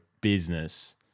business